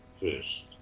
first